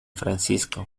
francisco